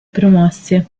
promosse